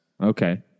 Okay